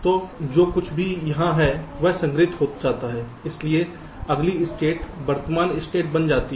तो जो कुछ भी यहां है वह संग्रहीत हो जाता है इसलिए अगली स्टेट वर्तमान स्टेट बन जाएगी